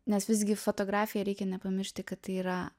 nes visgi fotografija reikia nepamiršti kad tai yra